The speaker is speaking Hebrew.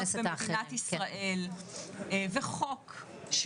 יש חוק,